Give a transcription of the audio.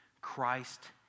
Christ